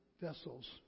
vessels